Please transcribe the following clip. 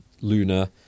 Luna